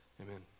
Amen